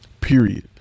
Period